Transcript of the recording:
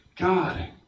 God